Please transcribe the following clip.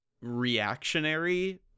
reactionary